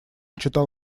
читал